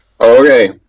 Okay